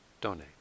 donate